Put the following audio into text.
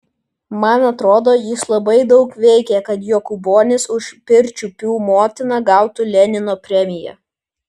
man atrodo jis labai daug veikė kad jokūbonis už pirčiupių motiną gautų lenino premiją